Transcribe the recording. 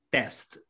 test